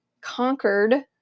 conquered